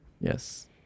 Yes